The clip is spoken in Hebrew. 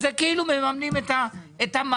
אז זה כאילו מממנים את המע"מ.